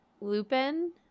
Lupin